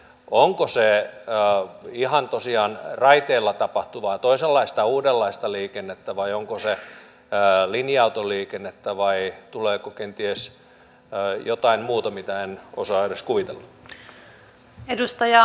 onko se ihan tosiaan raiteilla tapahtuvaa toisenlaista uudenlaista liikennettä vai onko se linja autoliikennettä vai tuleeko kenties jotain muuta mitä en osaa edes kuvitella